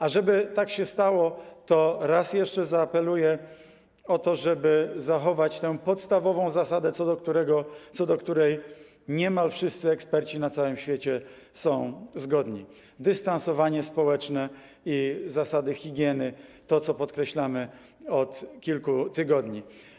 A żeby tak się stało, to raz jeszcze zaapeluję o to, żeby zachować tę podstawową zasadę, co do której niemal wszyscy eksperci na całym świecie są zgodni: dystansowanie społeczne i zasady higieny, to co podkreślamy od kilku tygodni.